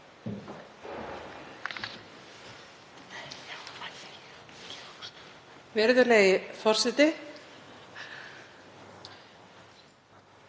Virðulegi forseti.